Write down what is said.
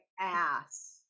ass